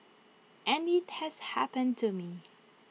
and IT has happened to me